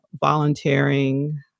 volunteering